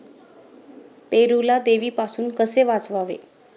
पेरूला देवीपासून कसे वाचवावे?